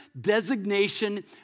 designation